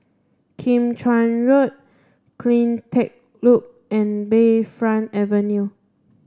Kim Chuan Road CleanTech Loop and Bayfront Avenue